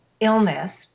illness